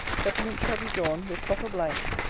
settlements shall be drawn, with proper blanks,